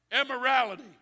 immorality